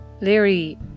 Leary